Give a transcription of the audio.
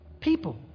people